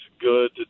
good